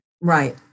Right